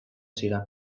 zidan